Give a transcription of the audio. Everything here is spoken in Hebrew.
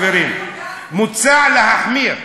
חברים: מוצע להחמיר,